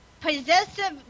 possessive